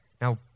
now